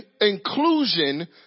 inclusion